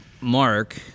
Mark